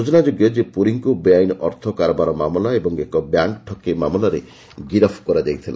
ସୂଚନା ଯୋଗ୍ୟ ଯେ ପୁରୀଙ୍କୁ ବେଆଇନ୍ ଅର୍ଥ କାରବାର ମାମଲା ଏବଂ ଏକ ବ୍ୟାଙ୍କ୍ ଠକେଇ ମାମଲାରେ ଗରିଫ୍ କରାଯାଇଥିଲା